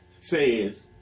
says